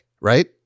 Right